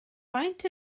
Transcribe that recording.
faint